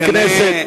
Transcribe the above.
חברי הכנסת,